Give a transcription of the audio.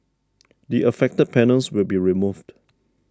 the affected panels will be removed